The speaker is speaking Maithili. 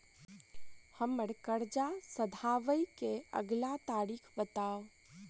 हम्मर कर्जा सधाबई केँ अगिला तारीख बताऊ?